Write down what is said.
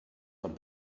von